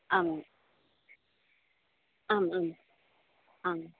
आम् आम् आम् आम्